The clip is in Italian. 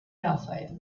raphael